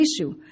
issue